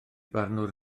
barnwr